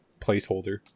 placeholder